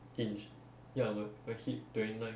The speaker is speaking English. inch ya my my hip twenty nine